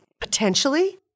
potentially